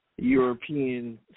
European